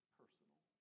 personal